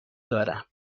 دارم